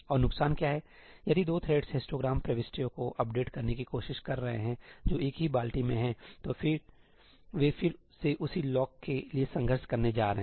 और नुकसान क्या है इसलिए यदि दो थ्रेड्स हिस्टोग्राम प्रविष्टियों को अपडेट करने की कोशिश कर रहे हैं जो एक ही बाल्टी में हैं तो वे फिर से उसी लॉक के लिए संघर्ष करने जा रहे हैं